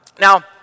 Now